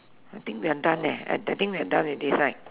I think we are done eh I I think we are done with this right